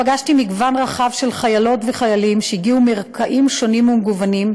פגשתי מגוון רחב של חיילות וחיילים שהגיעו מרקעים שונים ומגוונים,